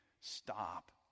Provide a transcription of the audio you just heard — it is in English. stop